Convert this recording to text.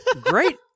great